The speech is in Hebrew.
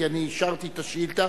כי אני אישרתי את השאילתא,